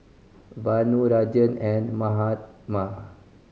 Vanu Rajan and Mahatma